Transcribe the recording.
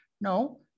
no